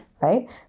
Right